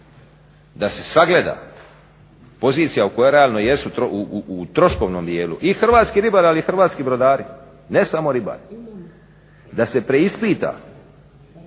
da se sagleda pozicija u kojoj realno jesu u troškovnom dijelu i hrvatski ribari, ali i hrvatski brodari, ne samo ribari. Da se preispitaju